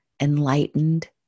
enlightened